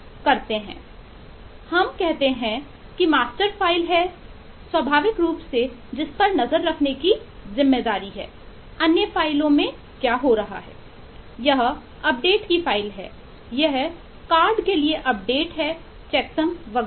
एक हम कहते हैं कि मास्टर फ़ाइल है चेकसम वगैरह